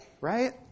right